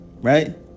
Right